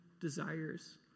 desires